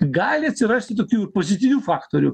gali atsirasti tokių pozityvių faktorių